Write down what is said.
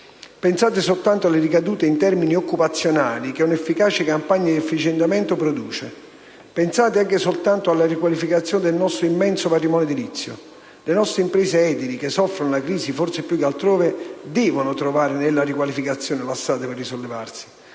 Pensate soltanto alle ricadute in termini occupazionali che un'efficace campagna di efficientamento produce. Pensate anche soltanto alla riqualificazione del nostro (immenso) patrimonio edilizio. Le nostre imprese edili, che soffrono la crisi forse più che altrove, devono (sottolineo devono) trovare nella riqualificazione la strada per risollevarsi.